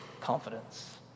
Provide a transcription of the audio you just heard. confidence